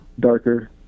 darker